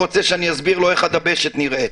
רוצה שאני אסביר לו איך הדבשת נראית.